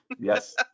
Yes